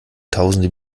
tausende